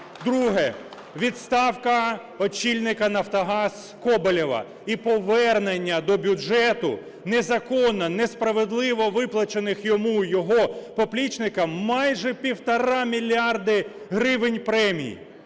Друге – відставка очільника "Нафтогаз" Коболєва і повернення до бюджету незаконно, несправедливо виплачених йому і його поплічникам майже півтора мільярда гривень премій.